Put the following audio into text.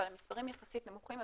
אבל המספרים יחסית נמוכים,